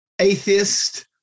atheist